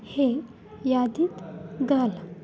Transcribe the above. हे यादीत घाल